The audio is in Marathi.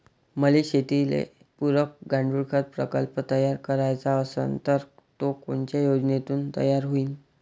मले शेतीले पुरक गांडूळखत प्रकल्प तयार करायचा असन तर तो कोनच्या योजनेतून तयार होईन?